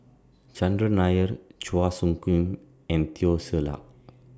Chandran Nair Chua Soo Khim and Teo Ser Luck